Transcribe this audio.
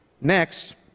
Next